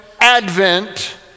Advent